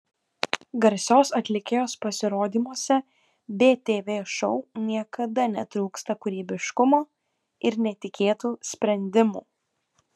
garsios atlikėjos pasirodymuose btv šou niekada netrūksta kūrybiškumo ir netikėtų sprendimų